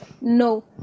No